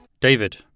David